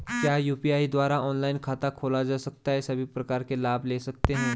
क्या यु.पी.आई द्वारा ऑनलाइन खाता खोला जा सकता है सभी प्रकार के लाभ ले सकते हैं?